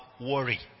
worry